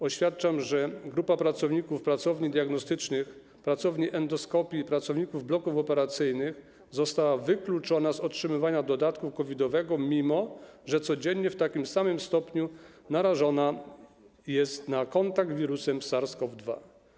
Oświadczam, że grupa pracowników pracowni diagnostycznych, pracowni endoskopii i pracowników bloków operacyjnych została wykluczona z otrzymywania dodatku COVID-owego, mimo że codziennie w takim samym stopniu jest narażona na kontakt z wirusem SARS-CoV-2.